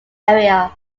area